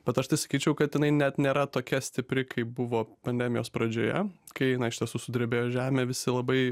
bet aš tai sakyčiau kad jinai net nėra tokia stipri kaip buvo pandemijos pradžioje kai iš tiesų sudrebėjo žemė visi labai